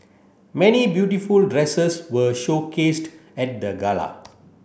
many beautiful dresses were showcased at the gala